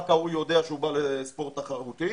רק ההוא יודע שהוא בא לספורט תחרותי